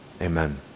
Amen